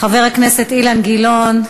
חבר הכנסת אילן גילאון,